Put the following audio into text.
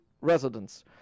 residents